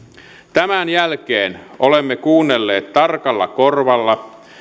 tämän jälkeen olemme kuunnelleet tarkalla korvalla